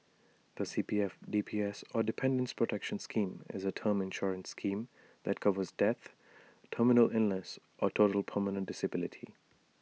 the C P F D P S or Dependants' protection scheme is A term insurance scheme that covers death terminal illness or total permanent disability